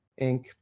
inc